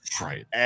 right